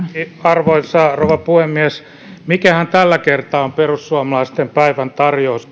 arvoisa rouva puhemies mikähän tällä kertaa on perussuomalaisten päivän tarjous